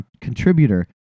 contributor